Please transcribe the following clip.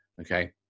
okay